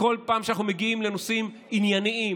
וכל פעם שאנחנו מגיעים לנושאים ענייניים,